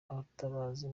abatabazi